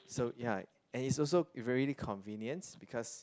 so ya and it's also really convenience because